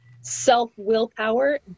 self-willpower